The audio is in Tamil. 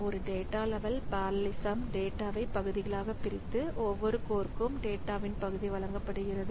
ஒரு டேட்டா லெவல் பெரலலிசம் டேட்டாவைப் பகுதிகளாகப் பிரித்து ஒவ்வொரு கோர்க்கும் டேட்டாவின் பகுதி வழங்கப்படுகிறது